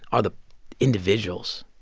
are the individuals,